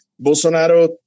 Bolsonaro